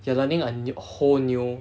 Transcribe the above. you are learning a ne~ whole new